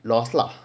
last lah